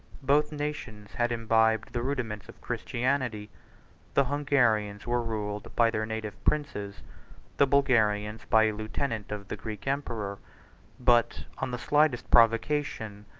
both nations had imbibed the rudiments of christianity the hungarians were ruled by their native princes the bulgarians by a lieutenant of the greek emperor but, on the slightest provocation,